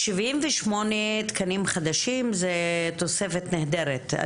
שבעים ושמונה תקנים חדשים, זה תוספת נהדרת.